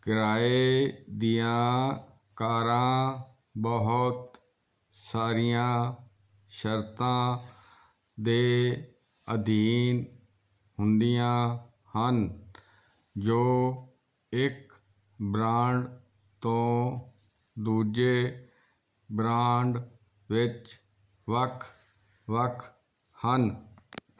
ਕਿਰਾਏ ਦੀਆਂ ਕਾਰਾਂ ਬਹੁਤ ਸਾਰੀਆਂ ਸ਼ਰਤਾਂ ਦੇ ਅਧੀਨ ਹੁੰਦੀਆਂ ਹਨ ਜੋ ਇੱਕ ਬ੍ਰਾਂਡ ਤੋਂ ਦੂਜੇ ਬ੍ਰਾਂਡ ਵਿੱਚ ਵੱਖ ਵੱਖ ਹਨ